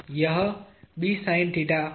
यह है